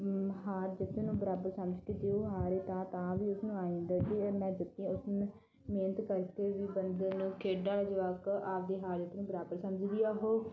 ਹਾਰ ਜਿੱਤ ਨੂੰ ਬਰਾਬਰ ਸਮਝ ਕੇ ਜੇ ਉਹ ਹਾਰੇ ਤਾਂ ਤਾਂ ਵੀ ਉਸ ਨੂੰ ਆਏਂ ਹੁੰਦਾ ਕਿ ਮੈਂ ਜਿੱਤੀ ਹਾਂ ਉਸ ਨੂੰ ਮਿਹਨਤ ਕਰਕੇ ਵੀ ਬੰਦੇ ਨੂੰ ਖੇਡਾਂ ਜਵਾਕ ਆਪ ਦੇ ਹਾਲਤ ਨੂੰ ਬਰਾਬਰ ਸਮਝਦੀ ਆ ਉਹ